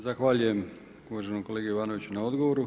Zahvaljujem uvaženom kolegi Jovanoviću na odgovoru.